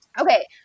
Okay